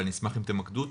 אבל אני אשמח אם תמקדו אותי,